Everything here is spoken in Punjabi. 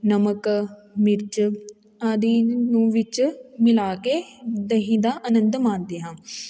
ਨਮਕ ਮਿਰਚ ਆਦਿ ਨੂੰ ਵਿੱਚ ਮਿਲਾ ਕੇ ਦਹੀਂ ਦਾ ਆਨੰਦ ਮਾਣਦੇ ਹਾਂ